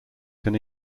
can